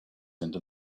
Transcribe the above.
into